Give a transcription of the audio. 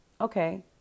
okay